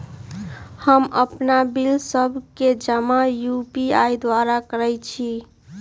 हम अप्पन बिल सभ के जमा यू.पी.आई द्वारा करइ छी